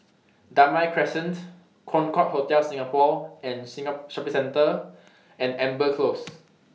Damai Crescent Concorde Hotel Singapore and Shopping Centre and Amber Close